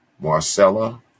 Marcella